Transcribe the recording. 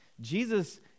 Jesus